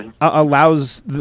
allows